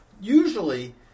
Usually